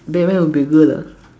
Batman will be girl ah